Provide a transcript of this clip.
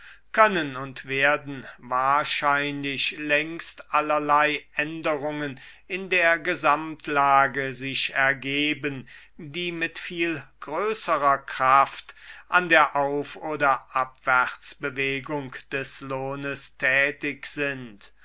können und werden wahrscheinlich längst allerlei änderungen in der gesamtlage sich ergeben die mit viel größerer kraft an der auf oder abwärtsbewegung des lohnes tätig sind